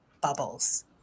bubbles